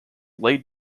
lay